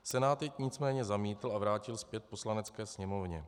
Senát jej nicméně zamítl a vrátil zpět Poslanecké sněmovně.